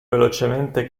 velocemente